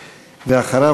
ואחריו,